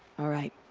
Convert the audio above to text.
alright.